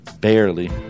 barely